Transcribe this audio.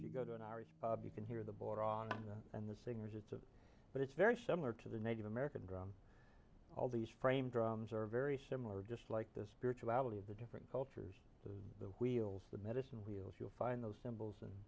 you go to an artist you can hear the border on and the singers it's a but it's very similar to the native american drum all these frame drums are very similar just like the spirituality of the different cultures the wheels the medicine wheels you'll find those symbols and